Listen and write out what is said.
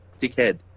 Dickhead